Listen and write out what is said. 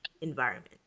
environment